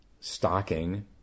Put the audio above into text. stocking